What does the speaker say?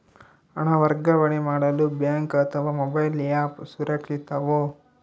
ಹಣ ವರ್ಗಾವಣೆ ಮಾಡಲು ಬ್ಯಾಂಕ್ ಅಥವಾ ಮೋಬೈಲ್ ಆ್ಯಪ್ ಸುರಕ್ಷಿತವೋ?